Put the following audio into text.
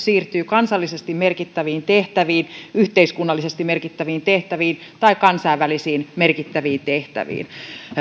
siirtyy kansallisesti merkittäviin tehtäviin yhteiskunnallisesti merkittäviin tehtäviin tai kansainvälisiin merkittäviin tehtäviin